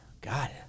God